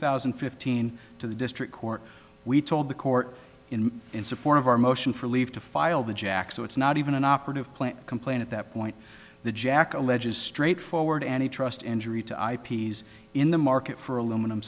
thousand and fifteen to the district court we told the court in support of our motion for leave to file the jack so it's not even an operative plan to complain at that point the jack alleges straightforward any trust injury to i p s in the market for aluminum